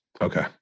Okay